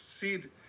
seed